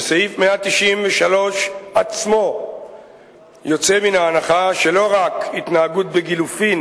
שסעיף 193 עצמו יוצא מההנחה שלא רק התנהגות בגילופין